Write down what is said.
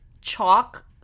chalk